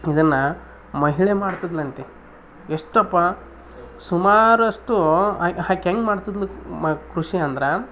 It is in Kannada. ಇದನ್ನು ಮಹಿಳೆ ಮಾಡ್ತಿದ್ಲು ಅಂತೇ ಎಷ್ಟಪ್ಪಾ ಸುಮಾರಷ್ಟು ಆಕೆ ಆಕೆ ಹೆಂಗೆ ಮಾಡ್ತಿದ್ಲು ಮ ಕೃಷಿ ಅಂದ್ರೆ